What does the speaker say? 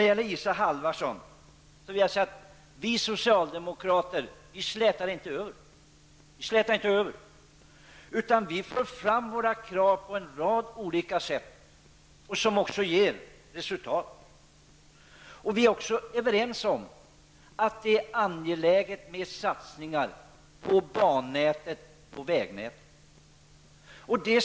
Till Isa Halvarsson vill jag säga att vi socialdemokrater inte slätar över. Vi för fram våra krav på en rad olika sätt, vilket också ger resultat. Det är angeläget med satsningar på bannätet och vägnätet.